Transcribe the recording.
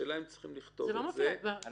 השאלה היא האם צריך לכתוב את זה.